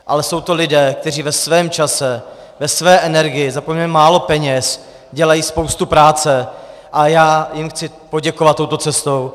Ale jsou to lidé, kteří ve svém čase, ve své energii, za poměrně málo peněz dělají spoustu práce a já jim chci poděkovat touto cestou.